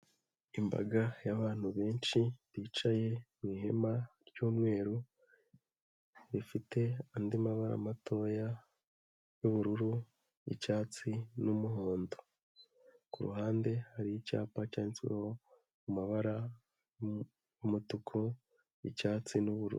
Imbaga y'abantu benshi bicaye mu ihema ry'umweru rifite andi mabara matoya y'ubururu nicyatsi n'umuhondo. Ku ruhande hari icyapa cyanditsweho amabara umutuku n'icyatsi n'ubururu.